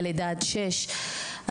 שנה עד שש ואנחנו מדברים על מהלכים,